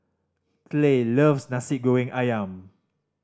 Clay loves Nasi Goreng Ayam